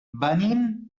venim